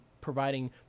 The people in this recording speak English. providing